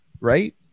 right